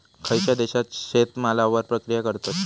खयच्या देशात शेतमालावर प्रक्रिया करतत?